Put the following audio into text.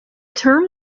term